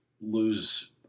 lose